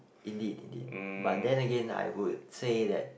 indeed indeed but then again I would say that